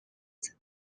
top